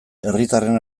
herritarren